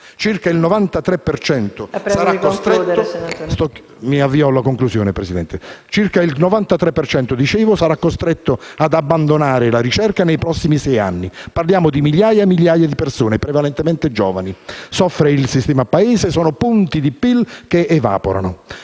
per cento sarà costretto ad abbandonare la ricerca nei prossimi sei anni. Parliamo di migliaia e migliaia di persone, prevalentemente giovani. Soffre il sistema Paese e sono punti di PIL che evaporano.